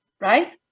right